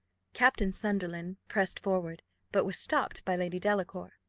captain sunderland pressed forward but was stopped by lady delacour.